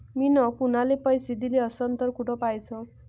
मिन कुनाले पैसे दिले असन तर कुठ पाहाचं?